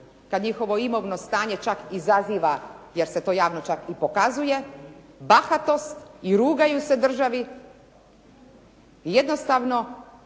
kada njihovo imovno stanje čak izaziva, jer se to javno čak i pokazuje, bahatost i rugaju se državi, jednostavno